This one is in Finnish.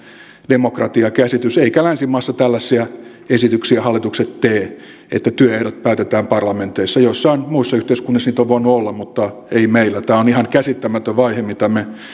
demokratiakäsitys eivätkä länsimaissa tällaisia esityksiä hallitukset tee että työehdot päätetään parlamenteissa joissain muissa yhteiskunnissa niitä on voinut olla mutta ei meillä tämä on ihan käsittämätön vaihe mitä me